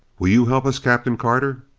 will you help us, captain carter?